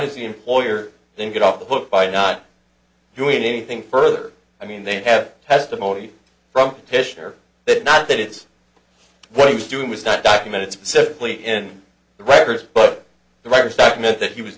does the employer then get off the hook by not doing anything further i mean they have testimony from history but not that it's what he was doing was not documented specifically in the records but the writers that meant that he was